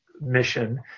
mission